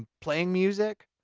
playing music.